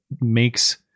makes